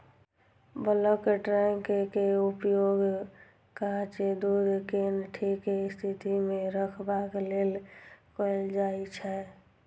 bulk tank के उपयोग कांच दूध कें ठीक स्थिति मे रखबाक लेल कैल जाइ छै